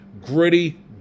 Gritty